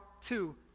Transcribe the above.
two